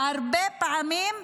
והרבה פעמים,